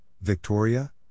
Victoria